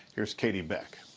here's catie beck.